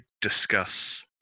discuss